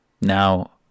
now